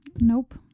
Nope